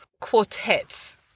quartets